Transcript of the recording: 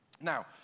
Now